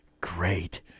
great